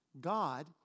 God